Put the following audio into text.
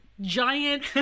giant